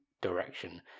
direction